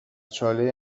چاله